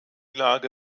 lage